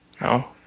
No